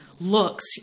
looks